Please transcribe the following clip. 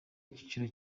icyiciro